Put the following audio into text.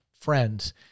friends